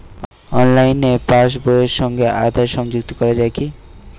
অনলাইনে পাশ বইয়ের সঙ্গে আধার সংযুক্তি করা যায় কি?